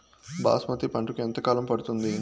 బాస్మతి పంటకు ఎంత కాలం పడుతుంది?